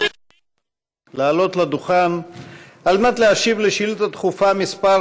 ליצמן לעלות לדוכן ולהשיב על שאילתה דחופה מס'